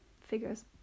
figures